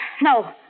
no